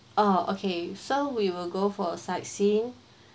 ah okay so we will go for sightseeing